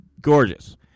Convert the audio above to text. gorgeous